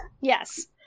yes